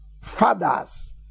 fathers